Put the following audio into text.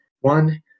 One